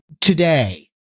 today